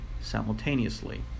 simultaneously